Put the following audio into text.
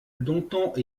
longtemps